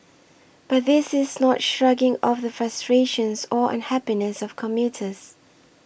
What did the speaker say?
but this is not shrugging off the frustrations or unhappiness of commuters